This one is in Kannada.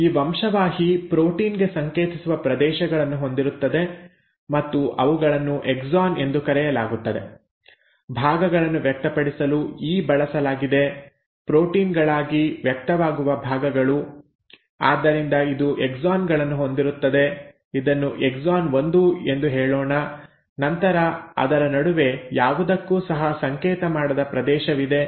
ಈಗ ಈ ವಂಶವಾಹಿ ಪ್ರೋಟೀನ್ ಗೆ ಸಂಕೇತಿಸುವ ಪ್ರದೇಶಗಳನ್ನು ಹೊಂದಿರುತ್ತದೆ ಮತ್ತು ಅವುಗಳನ್ನು ಎಕ್ಸಾನ್ ಎಂದು ಕರೆಯಲಾಗುತ್ತದೆ ಭಾಗಗಳನ್ನು ವ್ಯಕ್ತಪಡಿಸಲು ಇ ಬಳಸಲಾಗಿದೆ ಪ್ರೋಟೀನ್ ಗಳಾಗಿ ವ್ಯಕ್ತವಾಗುವ ಭಾಗಗಳು ಆದ್ದರಿಂದ ಇದು ಎಕ್ಸಾನ್ ಗಳನ್ನು ಹೊಂದಿರುತ್ತದೆ ಇದನ್ನು ಎಕ್ಸಾನ್ 1 ಎಂದು ಹೇಳೋಣ ನಂತರ ಅದರ ನಡುವೆ ಯಾವುದಕ್ಕೂ ಸಹ ಸಂಕೇತ ಮಾಡದ ಪ್ರದೇಶವಿದೆ